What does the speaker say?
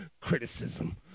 criticism